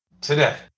today